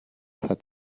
hat